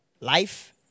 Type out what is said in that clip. Life